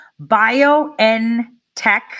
BioNTech